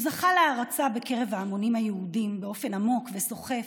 הוא זכה להערצה בקרב ההמונים היהודים באופן עמוק וסוחף,